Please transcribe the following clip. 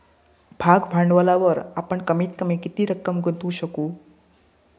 भाग भांडवलावर आपण कमीत कमी किती रक्कम गुंतवू शकू?